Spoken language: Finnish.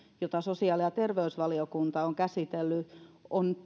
jota sosiaali ja terveysvaliokunta on käsitellyt on